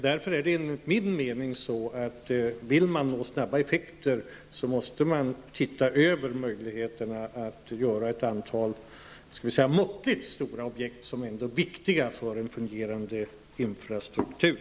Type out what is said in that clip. Om man vill uppnå snabba effekter måste man enligt min mening se över möjligheterna att genomföra ett antal måttligt stora objekt som ändå är viktiga för en fungerande infrastruktur.